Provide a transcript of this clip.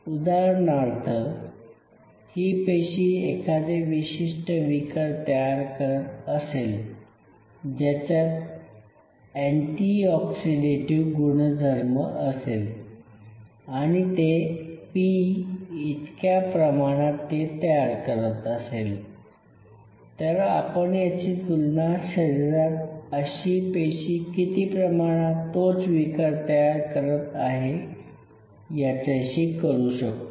उदाहरणार्थ ही पेशी एखादे विशिष्ट विकर तयार करत असेल ज्याच्यात अँटी ऑक्सिडेटिव्ह गुणधर्म असेल आणि ते "P" इतक्या प्रमाणात ते करत असेल तर आपण याची तुलना शरीरात अशी पेशी किती प्रमाणात तोच विकर तयार करत आहे याच्याशी करू शकतो